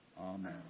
Amen